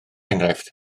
enghraifft